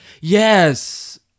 yes